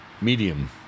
medium